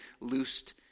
loosed